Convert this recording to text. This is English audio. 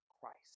Christ